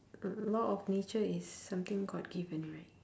law of nature is something god given right